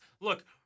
Look